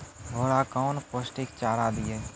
घोड़ा कौन पोस्टिक चारा दिए?